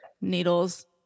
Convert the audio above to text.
needles